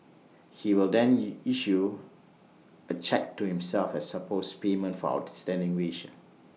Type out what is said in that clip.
he will then issue A cheque to himself as supposed payment for outstanding wages